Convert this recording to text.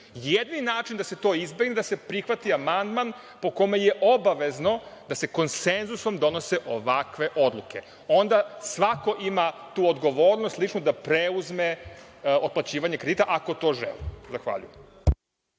Jedini način da se to izbegne je da se prihvati amandman po kome je obavezno da se konsenzusom donose ovakve odluke. Onda svako ima tu odgovornost ličnu da preuzme otplaćivanje kredita, ako to želi. Zahvaljujem.